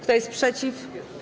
Kto jest przeciw?